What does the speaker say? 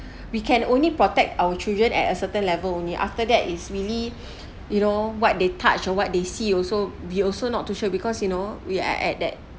we can only protect our children at a certain level only after that it's really you know what they touch or what they see also they also not too sure because you know we are at that